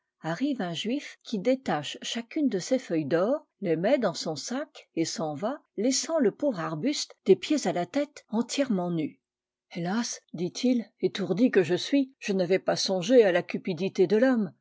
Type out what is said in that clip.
arrive un juif qui détache chacune de ces feuilles d'or les met dans son sac et s'en va laissant le pauvre arbuste des pieds à la tète entièrement nu u l arbre de noël hélas dit-il étourdi que je suis je n'avais pas songé à la cupidité de l'homme